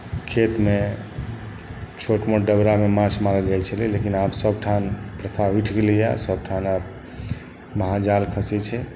खेतमे छोट मोट डबरामे माँछ मारल जाइ छलै लेकिन आब सबठाम प्रथा उठि गेलैए सबठाम आब महाजाल खसै छै